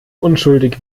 unschuldig